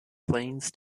planes